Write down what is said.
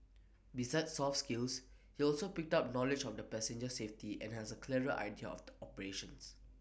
besides soft skills he also picked up knowledge of the passenger safety and has A clearer idea of the operations